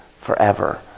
forever